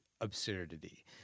absurdity